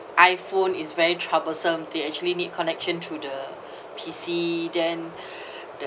iphone is very troublesome they actually need connection to the P_C then the